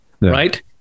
right